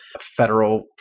federal